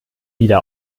wieder